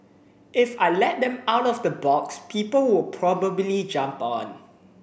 if I let them out of the box people will probably jump on